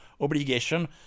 obligation